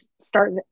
start